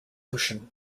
ocean